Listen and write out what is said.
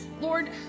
Lord